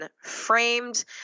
framed